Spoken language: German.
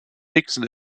dixon